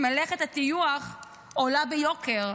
ומלאכת הטיוח עולה ביוקר,